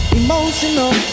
emotional